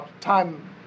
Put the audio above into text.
time